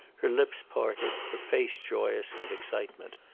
her lips parted, her face joyous with excitement.